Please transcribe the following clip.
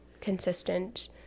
consistent